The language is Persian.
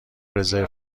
رزرو